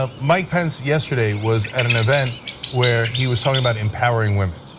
um mike pence yesterday was at an event where he was talking about empowering women.